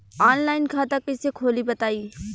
Online खाता कइसे खोली बताई?